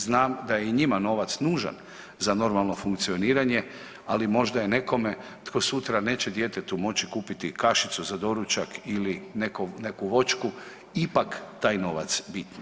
Znam da je i njima novac nužan za normalno funkcioniranje, ali možda je nekome tko sutra neće djetetu moći kupiti kašicu za doručak ili neku voćku ipak taj novac bitniji.